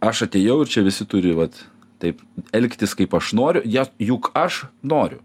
aš atėjau ir čia visi turi vat taip elgtis kaip aš noriu jas juk aš noriu